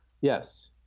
Yes